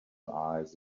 eyes